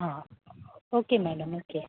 हां okay madam okay